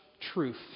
truth